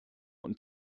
und